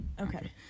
okay